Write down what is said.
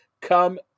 come